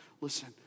Listen